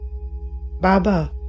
Baba